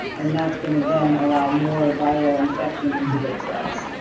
and that's gonna then allow more viral infection into those cells.